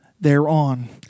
thereon